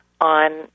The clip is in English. on